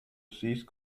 cease